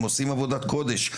שעושים עבודת קודש,